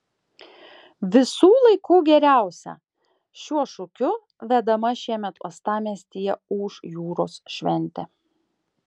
visų laikų geriausia šiuo šūkiu vedama šiemet uostamiestyje ūš jūros šventė